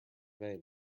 vain